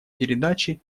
передачи